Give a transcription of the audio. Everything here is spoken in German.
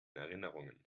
erinnerungen